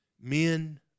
men